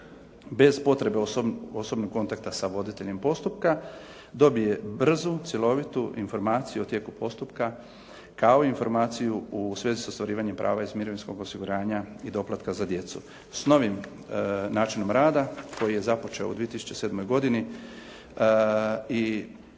bez potrebe osobnog kontakta sa voditeljem postupka dobije brzu cjelovitu informaciju o tijeku postupka, kao i informaciju u svezi sa ostvarivanje prava iz mirovinskog osiguranja i doplatka za djecu. S novim načinom rada koji je započeo u 2007. godini